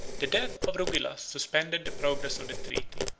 the death of rugilas suspended the progress of the treaty.